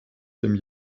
dem